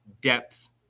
depth